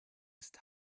ist